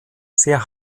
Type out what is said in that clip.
sehr